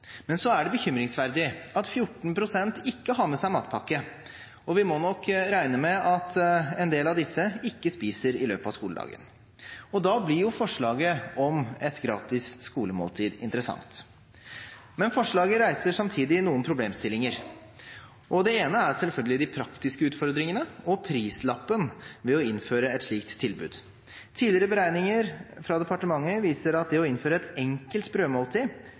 Men så er det bekymringsfullt at 14 pst. ikke har med seg matpakke, og vi må nok regne med at en del av disse ikke spiser i løpet av skoledagen. Og da blir jo forslaget om et gratis skolemåltid interessant. Men forslaget reiser samtidig noen problemstillinger. Den ene er selvfølgelig de praktiske utfordringene og prislappen ved å innføre et slikt tilbud. Tidligere beregninger fra departementet viser at det å innføre et enkelt